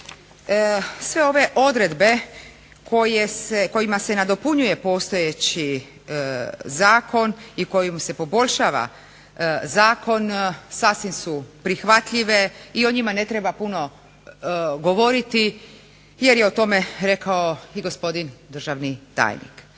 Sve ove odredbe kojima se nadopunjuje postojeći zakon i kojim se poboljšava zakon sasvim su prihvatljive i o njima ne treba puno govoriti jer je o tome rekao i gospodin državni tajnik.